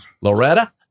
Loretta